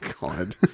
God